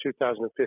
2015